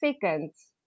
seconds